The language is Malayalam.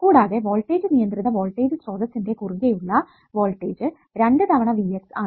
കൂടാതെ വോൾടേജ് നിയന്ത്രിത വോൾടേജ് സ്രോതസിന്റെ കുറുകെ ഉള്ള വോൾടേജ് 2 തവണ Vx ആണ്